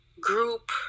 group